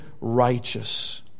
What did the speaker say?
righteous